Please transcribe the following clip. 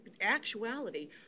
actuality